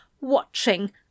watching